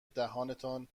دهانتان